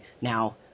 Now